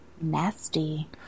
Nasty